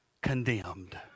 Condemned